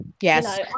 yes